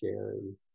sharing